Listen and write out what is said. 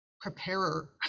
preparer